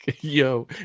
Yo